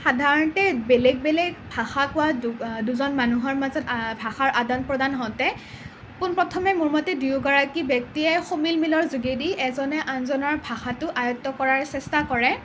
সাধাৰণতে বেলেগ বেলেগ ভাষা কোৱা দুজন মানুহৰ মাজত ভাষাৰ আদান প্ৰদান হওঁতে পোনপ্ৰথমে মোৰ মতে দুয়োগৰাকী ব্যক্তিয়ে সমিলমিলৰ যোগেদি এজনে আনজনৰ ভাষাটো আয়ত্ব কৰাৰ চেষ্টা কৰে